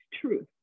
truth